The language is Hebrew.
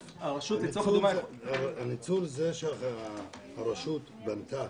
ניצול זה שהרשות בנתה